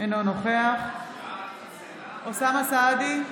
אינו נוכח אוסאמה סעדי,